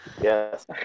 Yes